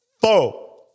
four